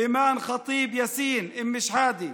אימאן ח'טיב יאסין, אום שחאדה,